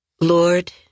Lord